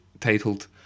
titled